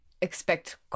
expect